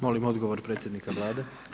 Molim odgovor predsjednika Vlade.